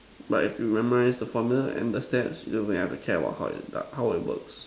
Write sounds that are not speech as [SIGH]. but if you memorize the formulas and the steps you don't really have to care about it how it [NOISE] how it works